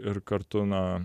ir kartu na